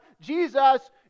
Jesus